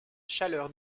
chaleur